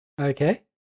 Okay